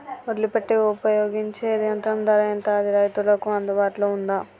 ఒడ్లు పెట్టే ఉపయోగించే యంత్రం ధర ఎంత అది రైతులకు అందుబాటులో ఉందా?